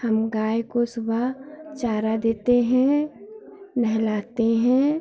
हम गाय को सुबह चारा देते हैं नहलाते हैं